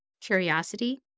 curiosity